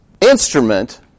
instrument